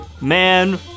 man